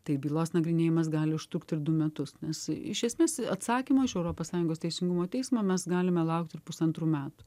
tai bylos nagrinėjimas gali užtrukti ir du metus nes iš esmės atsakymo iš europos sąjungos teisingumo teismo mes galime laukti ir pusantrų metų